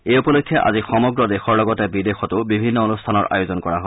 এই উপলক্ষে আজি সমগ্ৰ দেশৰ লগতে বিদেশতো বিভিন্ন অনুষ্ঠানৰ আয়োজন কৰা হয়